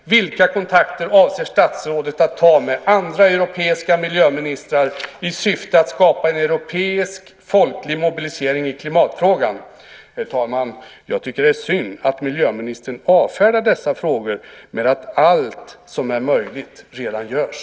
Vilka kontakter avser statsrådet att ta med andra europeiska miljöministrar i syfte att skapa en europeisk folklig mobilisering i klimatfrågan? Herr talman! Jag tycker att det är synd att miljöministern avfärdar dessa frågor med att säga att allt som är möjligt redan görs.